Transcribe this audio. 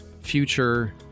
future